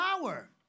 power